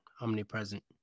omnipresent